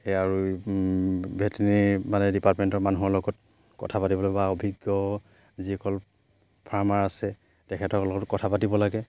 সেয়ে আৰু ভেটেনেৰি মানে ডিপাৰ্টমেণ্টৰ মানুহৰ লগত কথা পাতিবলৈ বা অভিজ্ঞ যিসকল ফাৰ্মাৰ আছে তেখেতসকলৰ লগত কথা পাতিব লাগে